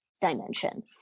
dimension